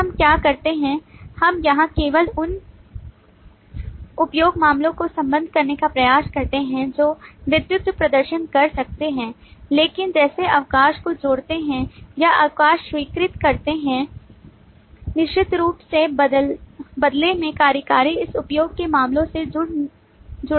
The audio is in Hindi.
तो हम क्या करते हैं हम यहां केवल उन उपयोग मामलों को संबद्ध करने का प्रयास करते हैं जो नेतृत्व प्रदर्शन कर सकते हैं लेकिन जैसे अवकाश को छोड़ते हैं या अवकाश स्वीकृत करते हैं निश्चित रूप से बदले में कार्यकारी इस उपयोग के मामलों से जुड़े नहीं हो सकते